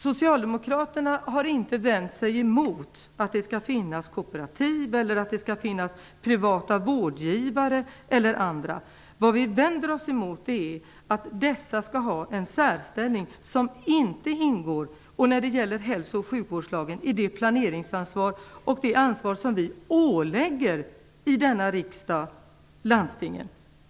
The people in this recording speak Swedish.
Socialdemokraterna har inte vänt sig emot att det skall finnas kooperativa eller privata vårdgivare. Vad vi vänder oss emot är att dessa skall ha en särställning som inte, när det gäller hälso och sjukvårdslagen, ingår i planeringsansvaret och i det ansvar som vi i denna riksdag ålägger landstingen.